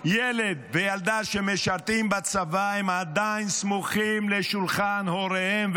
ילד וילדה שמשרתים בצבא הם עדיין סמוכים על שולחן הוריהם,